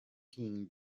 king